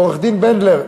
עורך-דין בנדלר,